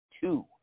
Two